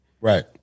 Right